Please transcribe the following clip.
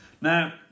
Now